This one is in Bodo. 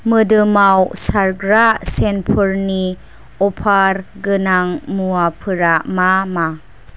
मोदोमाव सारग्रा सेन्टफोरनि अफार गोनां मुवाफोरा मा मा